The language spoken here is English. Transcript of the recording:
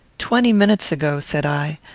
twenty minutes ago, said i,